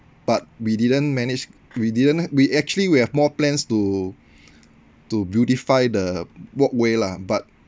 but we didn't manage we didn't we actually we have more plans to to beautify the walkway lah but